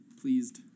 Pleased